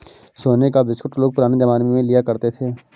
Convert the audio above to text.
सोने का बिस्कुट लोग पुराने जमाने में लिया करते थे